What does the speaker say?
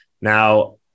Now